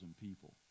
people